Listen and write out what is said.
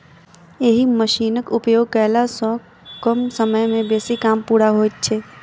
एहि मशीनक उपयोग कयला सॅ कम समय मे बेसी काम पूरा होइत छै